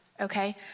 okay